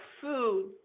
food